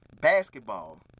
basketball